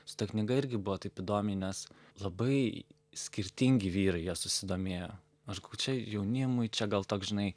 su ta knyga irgi buvo taip įdomiai nes labai skirtingi vyrai ja susidomėjo aš galvoj čia jaunimui čia gal toks žinai